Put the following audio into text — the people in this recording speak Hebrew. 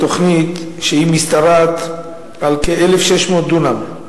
בתוכנית שמשתרעת על כ-1,600 דונם,